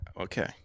Okay